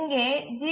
இங்கே ஜி